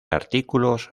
artículos